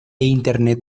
internet